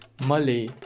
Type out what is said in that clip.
Malay